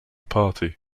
party